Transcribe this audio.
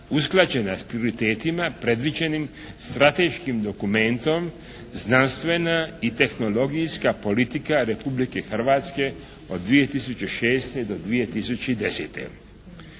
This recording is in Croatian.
usklađena sa prioritetima predviđenim strateškim dokumentom, znanstvena i tehnologijska politika Republike Hrvatske od 2006. do 2010.